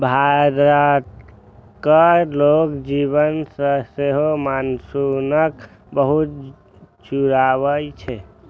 भारतक लोक जीवन सं सेहो मानसूनक बहुत जुड़ाव छै